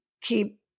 keep